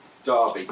Derby